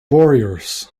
warriors